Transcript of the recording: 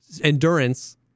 endurance